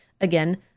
Again